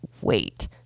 wait